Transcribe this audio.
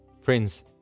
Friends